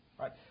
right